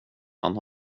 han